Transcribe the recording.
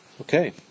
Okay